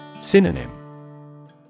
Synonym